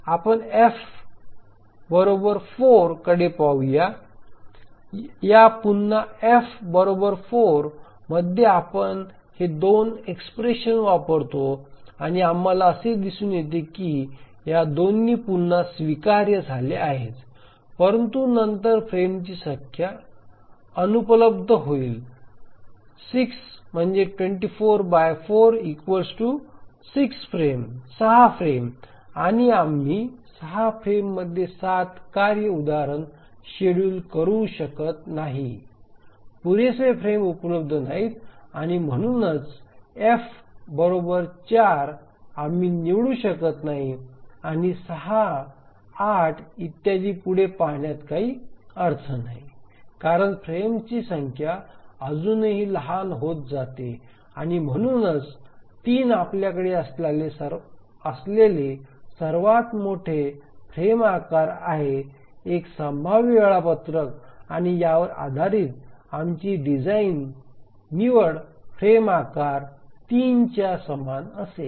आपण F 4 कडे पाहू या पुन्हा F 4 मध्ये आपण हे 2 एक्स्प्रेशन वापरतो आणि आम्हाला असे दिसून येते की या दोन्ही पुन्हा स्वीकार्य झाल्या आहेत परंतु नंतर फ्रेमची संख्या अनुपलब्ध होईल 6 म्हणजे 244 6 फ्रेम आणि आम्ही 6 फ्रेम मध्ये 7 कार्य उदाहरण शेड्यूल करू शकत नाही पुरेसे फ्रेम उपलब्ध नाहीत आणि म्हणूनच F 4 आम्ही निवडू शकत नाही आणि 6 8 इत्यादी पुढे पाहण्यात काही अर्थ नाही कारण फ्रेम्सची संख्या अजूनही लहान होते आणि म्हणूनच 3 आपल्याकडे असलेले सर्वात मोठे फ्रेम आकार आहे एक संभाव्य वेळापत्रक आणि यावर आधारित आमची डिझाइन निवड फ्रेम आकार 3 च्या समान असेल